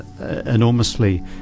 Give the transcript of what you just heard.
enormously